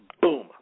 Boom